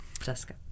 Jessica